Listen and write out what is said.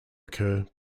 occur